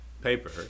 paper